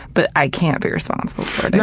but i can't be responsible for yeah